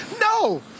No